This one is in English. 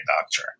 doctor